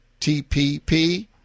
TPP